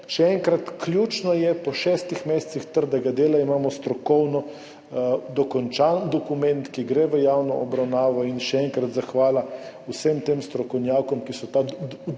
Še enkrat, ključno je, po šestih mesecih trdega dela imamo strokovno dokončan dokument, ki gre v javno obravnavo. Še enkrat zahvala vsem tem strokovnjakom, ki so ta dokument